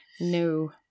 No